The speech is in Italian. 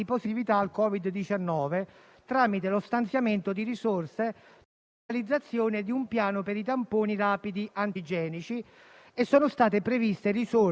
Per quanto riguarda la sicurezza, sono previste risorse per le Forze di polizia e i Vigili del fuoco e interventi nell'ambito della giustizia, per ampliare e semplificare i collegamenti